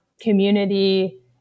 community